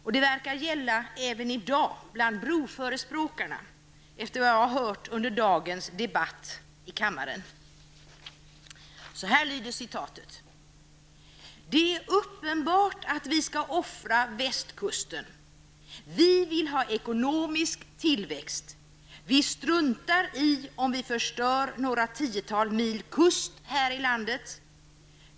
Citatet är aktuellt för broförespråkarna även i dag, efter vad jag har hört under dagens debatt i kammaren. Så här lyder citatet: ''Det är uppenbart att vi ska offra västkusten. Vi vill ha ekonomisk tillväxt. Vi struntar i om vi förstör några tiotal mil kust här i landet.